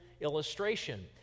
illustration